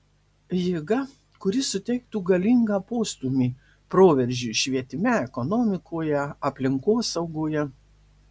jėga kuri suteiktų galingą postūmį proveržiui švietime ekonomikoje aplinkosaugoje